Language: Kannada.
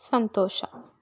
ಸಂತೋಷ